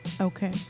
okay